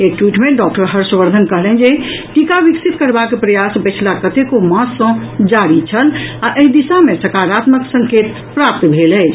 एक ट्वीट मे डॉक्टर हर्ष वर्धन कहलनि जे टीका विकसित करबाक प्रयास पछिला कतेको मास सँ जारी छल आ एहि दिशा मे सकारात्मक संकेत प्राप्त भेल अछि